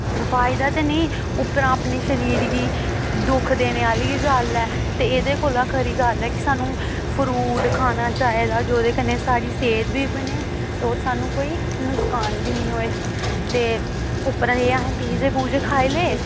फायदा ते नेईं उप्परा अपने शरीर गी दुख देने आह्ली गै गल्ल ऐ ते एह्दे कोला खरी गल्ल ऐ कि सानूं फ्रूट खाना चाहिदा जोह्दे कन्नै साढ़ी सेह्त बी बनै ते होर सानूं कोई नुसकान बी निं होए ते उप्परा जे अहें पीजे पूजे खाई ले